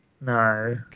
No